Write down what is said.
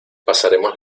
pasaremos